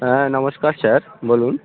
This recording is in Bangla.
হ্যাঁ নমস্কার স্যার বলুন